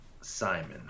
Simon